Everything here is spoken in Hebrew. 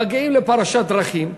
מגיעים לפרשת דרכים,